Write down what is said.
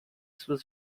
sullo